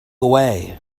away